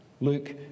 Luke